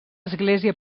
església